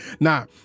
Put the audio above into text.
now